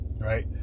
Right